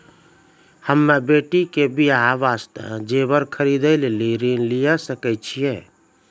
हम्मे बेटी के बियाह वास्ते जेबर खरीदे लेली ऋण लिये सकय छियै?